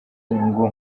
ngo